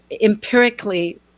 empirically